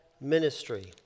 ministry